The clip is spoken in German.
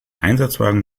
einsatzwagen